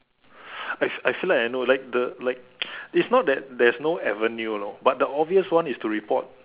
I I feel like I know like the like it's not that there's no avenue lor but the obvious one is to report